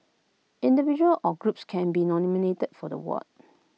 individual or groups can be nominated for the award